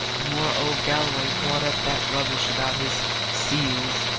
the more old galloway brought up that rubbish about his seals!